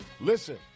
Listen